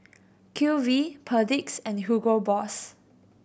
Q V Perdix and Hugo Boss